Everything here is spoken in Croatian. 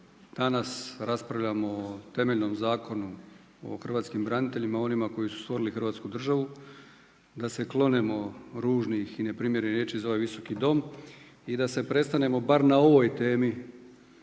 danas raspravljamo o temeljnom Zakonu o hrvatskim braniteljima o onima koji su stvorili Hrvatsku državu da se klonemo ružnih i neprimjerenih riječi za ovaj visoki dom i da se prestanemo bar na ovoj temi